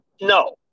No